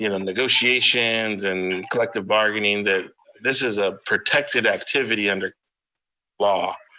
and and negotiations and collective bargaining, that this is a protected activity under law,